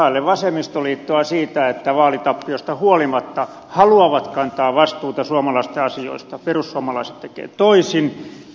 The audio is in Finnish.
ihailen vasemmistoliittoa siitä että vaalitappiosta huolimatta he haluavat kantaa vastuuta suomalaisten asioista perussuomalaiset tekevät toisin